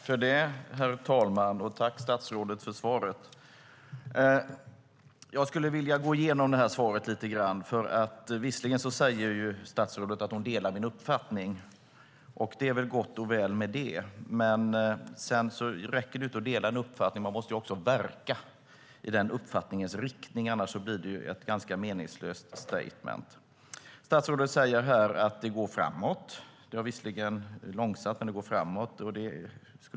Herr talman! Jag tackar statsrådet för svaret, som jag skulle vilja gå igenom. Visserligen säger statsrådet att hon delar min uppfattning, och det är gott och väl. Men det räcker inte att dela en uppfattning. Man måste också verka i uppfattningens riktning. Annars blir det ett ganska meningslöst statement. Statsrådet säger att det går framåt - visserligen långsamt, men dock framåt.